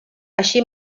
així